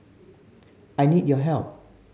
I need your help